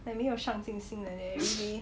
like 没有上进心 like that really